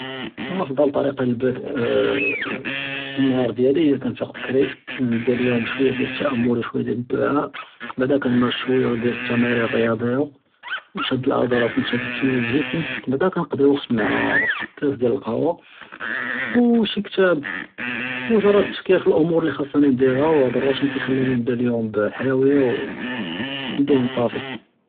מן אفضל טריקּה לבּדאא אלנהאר דִיַאלִי היאא כּאנפִיק בכּרי נבּדא אליום בשׁוּיַא דִיַאל אלתאַאַמּול ושׁוּיַא דִיַאל אלדֻּעאא בעדהא כּנמארס שׁוּיַא דִיַאל אלתמארין אלריָאדִיַה ושד אלעצ׳לה ותנשִׁיט אלגִסֶם בעדהא כּנקּצִי ווקת מעא כּאס דִיַאל אלקּהוה ושי כּתאב ומוג׳רּד אלתפכִּיר פאלאמור אללי ח׳אסני נדִירהא והאד׳ אלרוטִין כּאיְחְלִינִי נבּדא אליום בחִיוִיַה ודִהֶן צַאפִי.